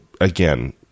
again